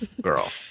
Girl